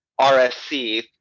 RSC